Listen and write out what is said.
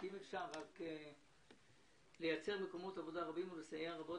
לייצר מקומות עבודה רבים ולסייע רבות